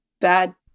bad